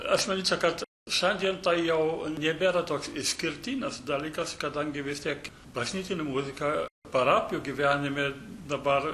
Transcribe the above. aš manyčiau kad šiandien jau nebėra toks išskirtinis dalykas kadangi vis tiek bažnytinė muzika parapijų gyvenime dabar